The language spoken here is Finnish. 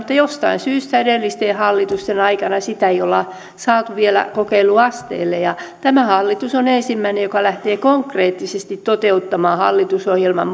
mutta jostain syystä edellisten hallitusten aikana sitä ei olla saatu vielä kokeiluasteelle tämä hallitus on ensimmäinen joka lähtee konkreettisesti toteuttamaan hallitusohjelman